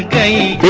ah a